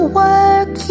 work